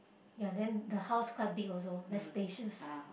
ya than the house quite big also that's specials